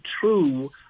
true